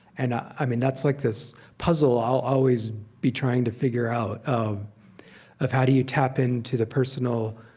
and i mean that's like this puzzle i'll always be trying to figure out, of of how do you tap in to the personal,